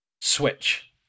switch